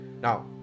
Now